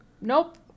Nope